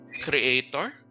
creator